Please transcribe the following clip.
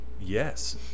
Yes